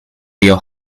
your